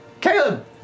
Caleb